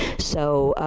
so,